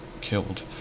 killed